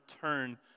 turn